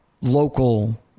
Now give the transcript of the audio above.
Local